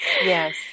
Yes